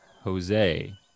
Jose